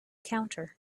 counter